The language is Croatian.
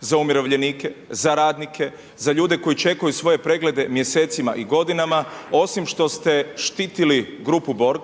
za umirovljenike, za radnike, za ljude koji čekaju svoje preglede mjesecima i godinama osim što ste štitili „grupu Borg“